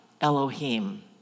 Elohim